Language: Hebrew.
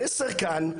המסר כאן,